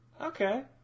okay